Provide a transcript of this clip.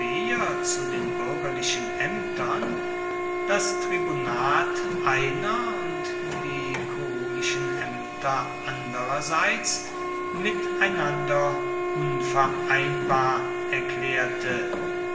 zu den bürgerlichen ämtern das tribunat einer und die kurulischen ämter andererseits miteinander unvereinbar erklärte